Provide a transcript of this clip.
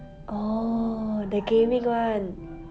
orh the gaming [one]